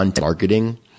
marketing